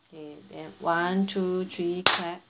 okay then one two three clap